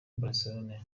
barcelona